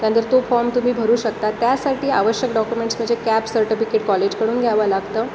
त्यानंतर तो फॉर्म तुम्ही भरू शकता त्यासाठी आवश्यक डॉक्युमेंट्स म्हणजे कॅप सर्टफिकेट कॉलेजकडून घ्यावं लागतं